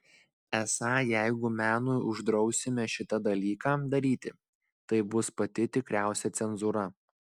esą jeigu menui uždrausime šitą dalyką daryti tai bus pati tikriausia cenzūra